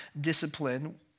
discipline